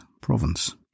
province